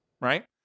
Right